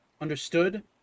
Understood